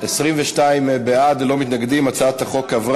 את הצעת חוק חובת המכרזים (תיקון,